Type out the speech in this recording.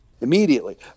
immediately